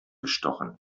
gestochen